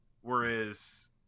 Whereas